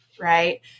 right